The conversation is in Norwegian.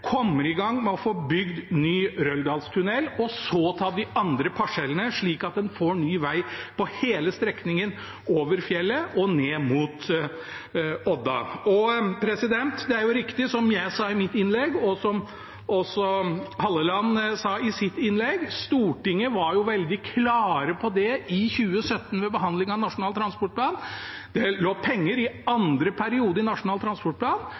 kommer i gang med å få bygd ny Røldalstunnel og så ta de andre parsellene, slik at en får ny vei på hele strekningen over fjellet og ned mot Odda. Det er riktig som jeg sa i mitt innlegg, og som representanten Halleland sa i sitt innlegg: Stortinget var under behandlingen av Nasjonal transportplan i 2017 veldig klare på at det lå penger i andre periode i Nasjonal transportplan,